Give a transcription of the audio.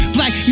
Black